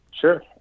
Sure